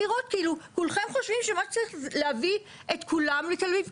כולכם חושבים שצריך להביא את כולם לתל אביב?